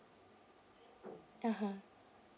(uh huh)